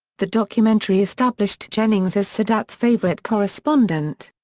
the documentary established jennings as sadat's favorite correspondent.